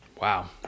Wow